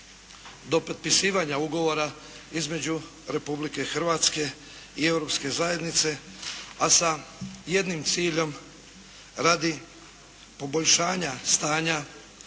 do potpisivanja ugovora između Republike Hrvatske i Europske zajednice, a sa jednim ciljem radi poboljšanja stanja